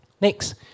Next